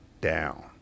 down